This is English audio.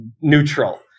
neutral